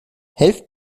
helft